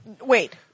wait